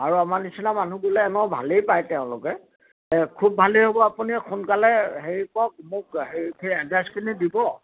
আৰু আমাৰ নিচিনা মানুহ গ'লে এনেও ভালে পাই তেওঁলোকে খুব ভালেই হ'ব আপুনি সোনকালে হেৰি কৰক মোক হেৰি এডভান্সখিনি দিব